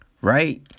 right